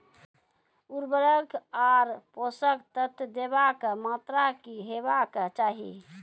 उर्वरक आर पोसक तत्व देवाक मात्राकी हेवाक चाही?